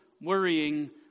worrying